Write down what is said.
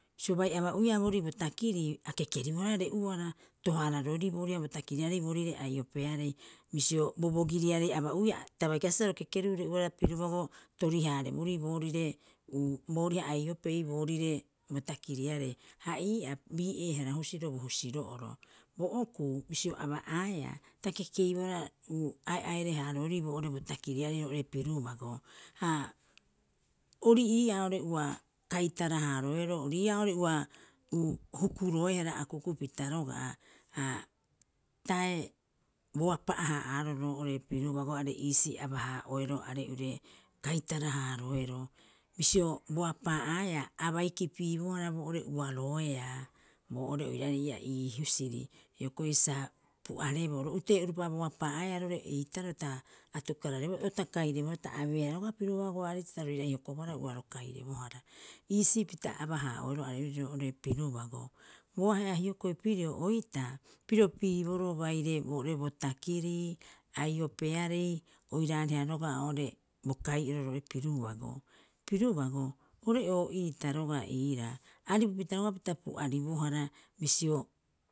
Bisio bai aba'uia boorii bo takirii a kekeribohara re'uara tohaararoeri booriha bo takiriarei boorire aiopearei. Bisio bobogiriarei aba'uiaa ta bai kaisibaa sa ro kekeruu re'uara pirubago tori- haareborii boorire booriha aiopei boorire takiriarei. Ha ii'aa bii'eehara husiro bo husiro'oro, Bo okuu bisio aba'aea ta kekeibohara ae'aere- haaroerii boo'ore bo takiriarei roo'ore pirubago. Ha ori'ii'aa ore ua katara- haaroeroo ori'ii'aa oo'ore ua hukuroehara a kukupita roga'a, ha tae boa pa'a- haa'aaroo roo'ore pirubago are iisii aba- haa'oeroo are'ure kaitara- haaroeroo. Bisio boapa'a'aea, a bai kipibohara boo'ore uaroea boo'ore oiraarei ii husiri hioko'i sa pu'areboo ro utee'uropa boapa'a'aeea roo'ore eitaroo ta atukararebohara o ta kaire bohara ta abeea roga'a pirubago bai ta bai hokobohara ua ro kairebohara. Iisii pita aba- haa'oeroo are'ure roo'ore pirubago. Boahe'a hiokoi pirio oitaa piro piiboroo baire boori bo takirii aiopearei oiraareha roga'a oo'ore bo kai'oro roo'ore pirubago. Pirubago ore'oo'iita roga'a iiraa aripupita roga'a pita pu'aribohara bisio